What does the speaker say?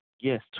Yes